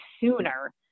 sooner